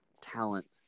talent